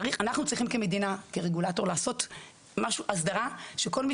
אנחנו כמדינה וכרגולטור צריכים לעשות הסדרה שכל מי